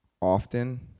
often